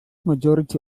majority